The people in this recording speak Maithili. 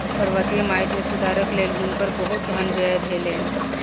पर्वतीय माइट मे सुधारक लेल हुनकर बहुत धन व्यय भेलैन